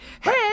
hey